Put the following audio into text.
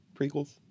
prequels